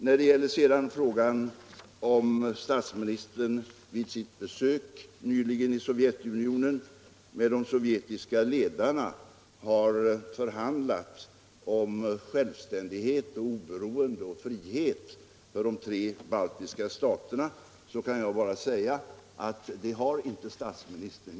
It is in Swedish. Vad sedan gäller frågan om statsministern vid sitt nyligen avhållna besök i Sovjetunionen har förhandlat om självständighet, oberoende och frihet för de tre baltiska staterna kan jag bara säga att så inte är fallet.